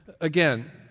Again